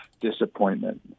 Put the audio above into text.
disappointment